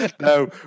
no